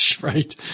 right